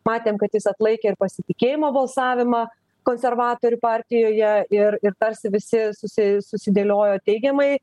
matėm kad jis atlaikė ir pasitikėjimo balsavimą konservatorių partijoje ir ir tarsi visi susi susidėliojo teigiamai